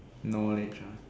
knowledge ah